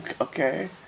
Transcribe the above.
okay